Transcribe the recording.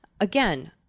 Again